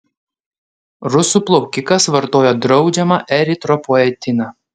rusų plaukikas vartojo draudžiamą eritropoetiną